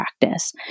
practice